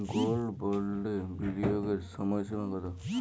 Gold বন্ডে বিনিয়োগের সময়সীমা কতো?